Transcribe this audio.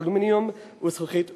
אלומיניום וזכוכית בכלל.